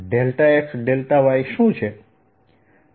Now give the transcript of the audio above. x y શું છે